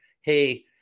hey